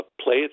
Play